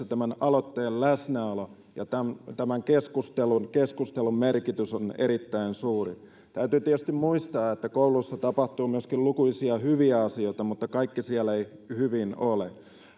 tämän aloittajan läsnäolo ja tämän keskustelun keskustelun merkitys on erittäin suuri täytyy tietysti muistaa että kouluissa tapahtuu myöskin lukuisia hyviä asioita mutta kaikki siellä ei hyvin ole